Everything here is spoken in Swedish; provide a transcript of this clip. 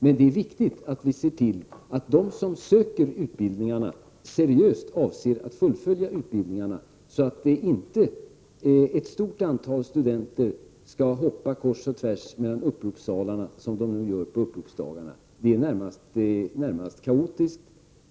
Men det är viktigt att se till att de som söker till utbildningar seriöst avser att fullfölja dem så att inte ett stort antal studenter hoppar kors och tvärs mellan uppropssalarna, vilket de nu gör på uppropsdagarna. Det är närmast kaotiska förhållanden.